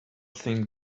think